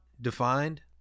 defined